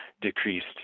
decreased